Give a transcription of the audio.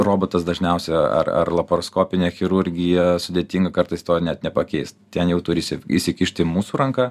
robotas dažniausia ar ar laparoskopinė chirurgija sudėtinga kartais to net nepakeis ten jau turi įsi įsikišti mūsų ranka